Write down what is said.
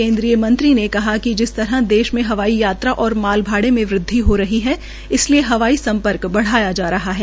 केन्द्रीयमंत्री ने कहा कि जिस तरह देश में हवाई यात्रा और माल भाड़े में वृद्वि हो रही है इसलिए हवाई सम्पर्क बढ़ाया जा रहा है